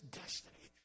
destiny